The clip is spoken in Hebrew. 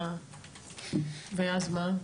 ואז מה?